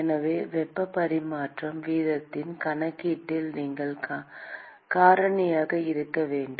எனவே வெப்ப பரிமாற்ற வீதத்தின் கணக்கீட்டில் நீங்கள் காரணியாக இருக்க வேண்டும்